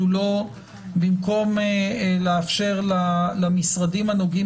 כי השאלה האם במקום לאפשר למשרדים הנוגעים